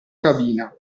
cabina